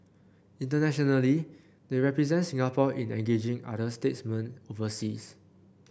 internationally they represent Singapore in engaging other statesmen overseas